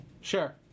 Sure